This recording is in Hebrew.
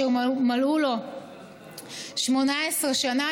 כאשר מלאו לו 18 שנה,